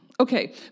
Okay